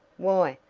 why,